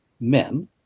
men